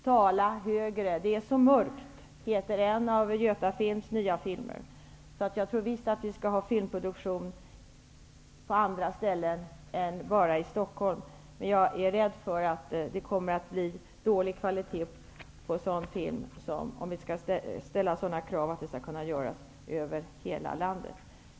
''Tala högre, det är så mörkt'' heter en av Götafilms nya filmer. Jag tror visst att vi skall ha filmproduktion på andra ställen än i Stockholm. Men jag är rädd för att det kommer att bli dålig kvalitet, om vi skall ställa krav på att film skall kunna produceras över hela landet.